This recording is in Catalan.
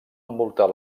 envoltar